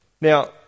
Now